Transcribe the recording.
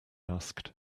asked